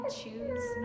choose